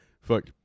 fuck